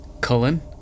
Cullen